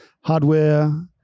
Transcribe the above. hardware